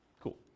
Cool